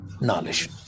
knowledge